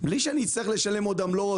בלי שאני אצטרך לשלם עוד עמלות,